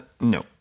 No